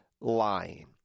lying